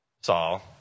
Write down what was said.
Saul